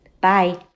Bye